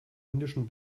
indischen